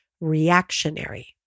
reactionary